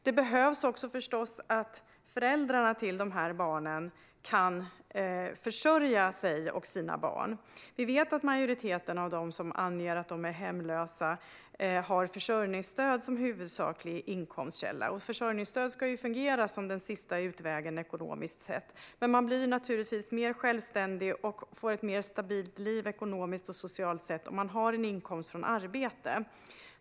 Det krävs förstås också att föräldrarna till dessa barn kan försörja sig och sina barn. Vi vet att majoriteten av dem som anger att de är hemlösa har försörjningsstöd som huvudsaklig inkomstkälla. Försörjningsstöd ska ju fungera som den sista utvägen ekonomiskt sett. Men man blir naturligtvis mer självständig och får ett mer stabilt liv både ekonomiskt och socialt om man har en inkomst från arbete.